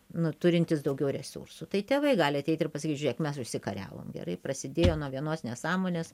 nu turintis daugiau resursų tai tėvai gali ateit ir pasakyt žiūrėk mes užsikariavom gerai prasidėjo nuo vienos nesąmonės